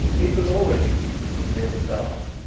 it was already evening and nearly dark.